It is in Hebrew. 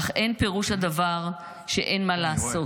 איך אין פירוש הדבר שאין מה לעשות,